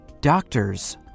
Doctors